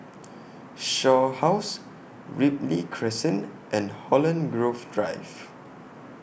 Shaw House Ripley Crescent and Holland Grove Drive